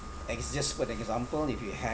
like it's just for an example if you have